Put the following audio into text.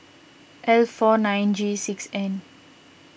L four nine G six N